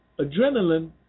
adrenaline